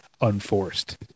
unforced